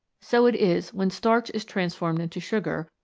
so it is when starch is trans formed into sugar,